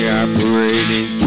operating